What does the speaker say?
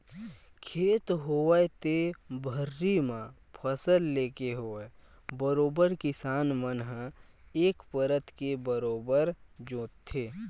खेत होवय ते भर्री म फसल लेके होवय बरोबर किसान मन ह एक परत के बरोबर जोंतथे